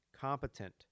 competent